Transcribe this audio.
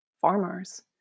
farmers